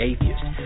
Atheist